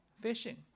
fishing